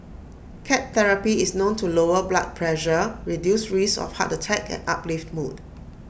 cat therapy is known to lower blood pressure reduce risks of heart attack and uplift mood